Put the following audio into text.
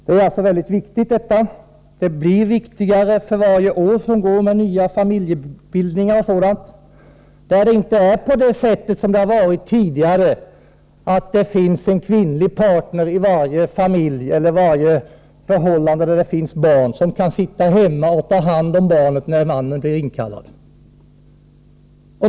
Det gäller en viktig fråga, och den blir allt viktigare för varje år som går, med de nya förhållanden som uppkommer beträffande familjebildningar. Det är inte så säkert som det har varit tidigare att man i varje familj eller i varje förhållande där det finns barn har en kvinnlig partner som kan stanna hemma och ta hand om barnet när mannen blir inkallad.